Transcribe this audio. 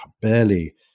barely